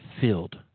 filled